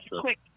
quick